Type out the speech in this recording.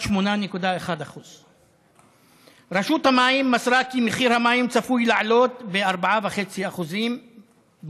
8.1%. רשות המים מסרה כי מחיר המים צפוי לעלות ב-4.5% בינואר.